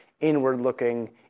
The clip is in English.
inward-looking